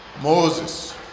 Moses